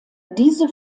diese